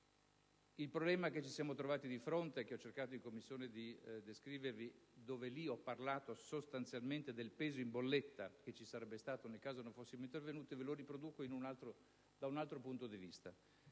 Il problema che ci siamo trovati di fronte, e che ho cercato in Commissione di descrivervi, tanto che in quella sede ho parlato sostanzialmente del peso in bolletta che ci sarebbe stato nel caso non fossimo intervenuti, ve lo ripropongo da un altro punto di vista.